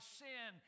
sin